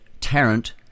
Tarrant